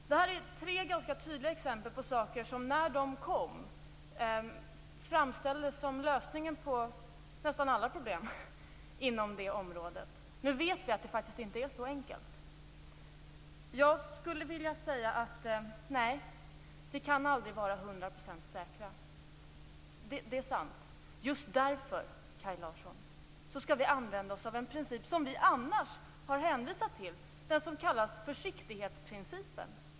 Det är tre ganska tydliga exempel på saker som när de kom framställdes som lösningen på nästan alla problem inom det området. Nu vet vi att det inte är så enkelt. Jag skulle vilja säga så här: Nej, vi kan aldrig vara hundraprocentigt säkra. Det är sant. Just därför, Kaj Larsson, skall vi använda en princip som vi annars har hänvisat till, den som kallas försiktighetsprincipen.